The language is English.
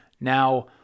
Now